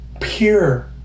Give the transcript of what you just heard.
pure